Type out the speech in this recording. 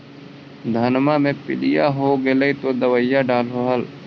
धनमा मे पीलिया हो गेल तो दबैया डालो हल?